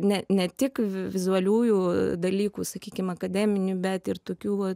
ne ne tik vizualiųjų dalykų sakykim akademinių bet ir tokių vat